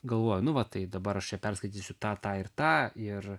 galvoju nu va tai dabar aš čia perskaitysiu tą tą ir tą ir